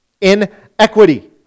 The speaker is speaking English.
Inequity